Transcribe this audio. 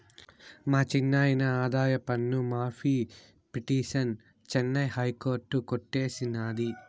మా చిన్నాయిన ఆదాయపన్ను మాఫీ పిటిసన్ చెన్నై హైకోర్టు కొట్టేసినాది